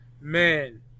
man